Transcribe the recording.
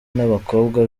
n’abakobwa